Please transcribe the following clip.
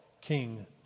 king